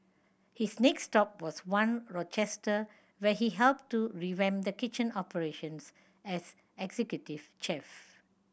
his next stop was One Rochester where he helped to revamp the kitchen operations as executive chef